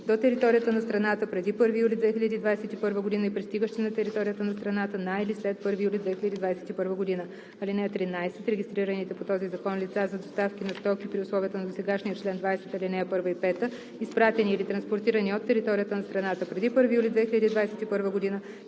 до територията на страната преди 1 юли 2021 г. и пристигащи на територията на страната на или след 1 юли 2021 г. (13) Регистрираните по този закон лица, за доставки на стоки при условията на досегашния чл. 20, ал. 1 и 5 изпратени или транспортирани от територията на страната преди 1 юли 2021 г.